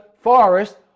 forest